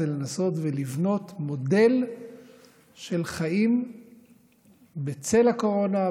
זה לנסות ולבנות מודל של חיים בצל הקורונה,